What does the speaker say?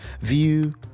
view